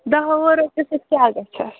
دَہو وُہو رۄپٮ۪و سۭتۍ کیٛاہ گژھِ اَتھ